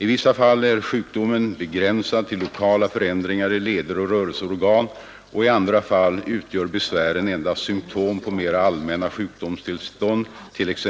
I vissa fall är sjukdomen begränsad till lokala förändringar i leder och rörelseorgan och i andra fall utgör besvären endast symtom på mera allmänna sjukdomstillstånd, t.ex.